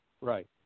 Right